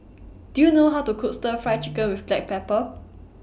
Do YOU know How to Cook Stir Fry Chicken with Black Pepper